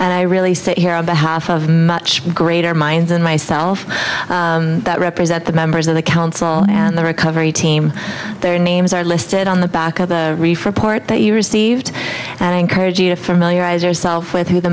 and i really say here on behalf of much greater minds than myself that represent the members of the council and the recovery team their names are listed on the back of the report that you received and encourage you to familiarize yourself with who the